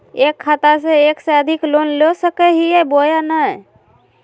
एक खाता से एक से अधिक लोन ले सको हियय बोया नय?